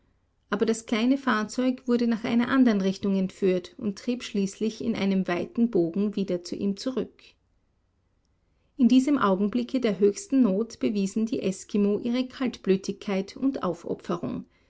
aber das kleine fahrzeug wurde nach einer anderen richtung entführt und trieb schließlich in einem weitem bogen wieder zu ihm zurück in diesem augenblicke der höchsten not bewiesen die eskimo ihre kaltblütigkeit und aufopferung